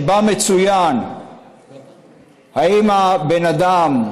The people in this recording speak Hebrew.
שבה מצוין אם הבן אדם,